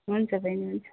हुन्छ बैनी हुन्छ